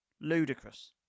Ludicrous